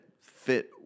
fit